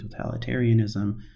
totalitarianism